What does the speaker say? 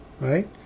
Right